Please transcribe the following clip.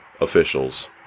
officials